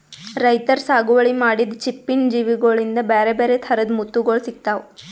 ರೈತರ್ ಸಾಗುವಳಿ ಮಾಡಿದ್ದ್ ಚಿಪ್ಪಿನ್ ಜೀವಿಗೋಳಿಂದ ಬ್ಯಾರೆ ಬ್ಯಾರೆ ಥರದ್ ಮುತ್ತುಗೋಳ್ ಸಿಕ್ತಾವ